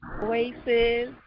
voices